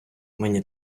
мені